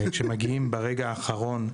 כשמגיעים ברגע האחרון,